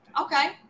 Okay